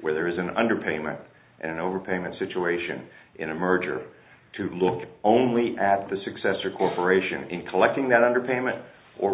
where there is an underpayment an overpayment situation in a merger to look only at the successor corporation in collecting that under payment or